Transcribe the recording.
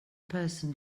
person